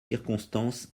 circonstance